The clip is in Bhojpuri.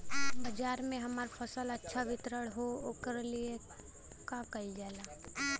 बाजार में हमार फसल अच्छा वितरण हो ओकर लिए का कइलजाला?